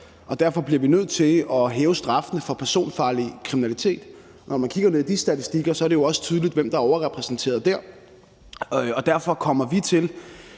Og derfor bliver vi nødt til at hæve straffene for personfarlig kriminalitet. Når man kigger ned i de statistikker, er det også tydeligt, hvem der er overrepræsenteret der, og derfor kommer vi til